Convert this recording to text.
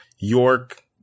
York